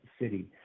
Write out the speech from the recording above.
city